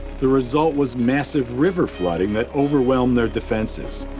the result was massive river flooding that overwhelmed their defenses.